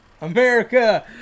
America